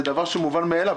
זה דבר שהוא מובן מאליו,